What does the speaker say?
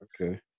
Okay